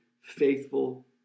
faithful